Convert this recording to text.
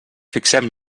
fixem